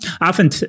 often